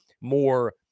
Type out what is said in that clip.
more